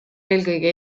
eelkõige